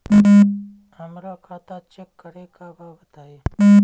हमरा खाता चेक करे के बा बताई?